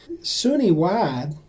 SUNY-wide